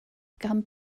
become